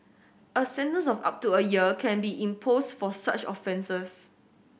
a sentence of up to a year can be imposed for such offences